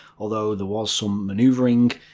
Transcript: although there was some maneuvering.